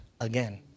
again